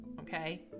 Okay